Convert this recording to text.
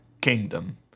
kingdom